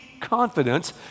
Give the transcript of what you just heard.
confidence